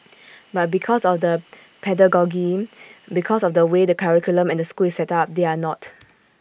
but because of the pedagogy because of the way the curriculum and the school is set up they are not